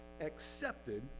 accepted